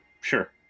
Sure